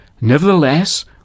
Nevertheless